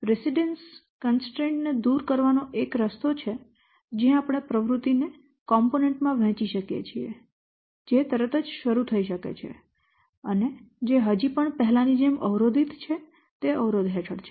precedence constraint ને દૂર કરવાનો એક રસ્તો છે એ કે આપણે પ્રવૃત્તિ ને કોમ્પોનેન્ટ માં વહેંચી શકીએ જે તરત જ શરૂ થઈ શકે છે અને જે હજી પણ પહેલાની જેમ અવરોધિત છે તે અવરોધ હેઠળ છે